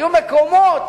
היו מקומות